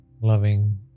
loving